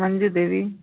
Manju Debi